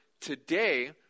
today